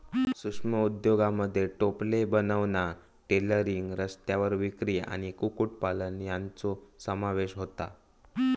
सूक्ष्म उद्योगांमध्ये टोपले बनवणा, टेलरिंग, रस्त्यावर विक्री आणि कुक्कुटपालन यांचो समावेश होता